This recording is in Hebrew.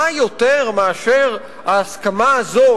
מה יותר מאשר ההסכמה הזאת,